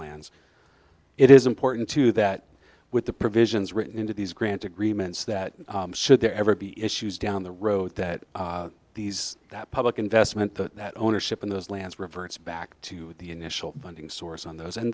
lands it is important to that with the provisions written into these grants agreements that should there ever be issues down the road that these public investment that ownership in those lands reverts back to the initial funding source on those